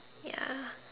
ya